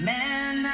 Man